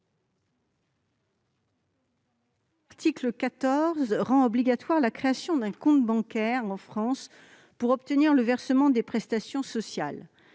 L'article 14 rend obligatoire la création d'un compte bancaire en France pour obtenir le versement des prestations sociales.